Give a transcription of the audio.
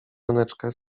żoneczkę